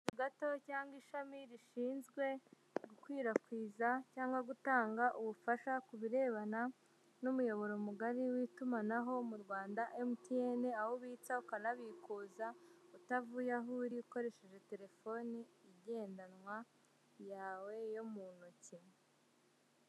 Akazu gato cyangwa ishami rishinzwe gukwirakwiza cyangwa gutanga ubufasha ku birebana n'umuyoboro mugari w'itumanaho mu Rwanda MTN, aho ubitsa, ukanabikuza, utavuye aho uri, ukoresheje telefoni igendanwa yawe yo mu ntoki.